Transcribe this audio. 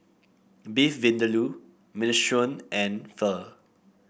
Beef Vindaloo Minestrone and Pho